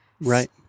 right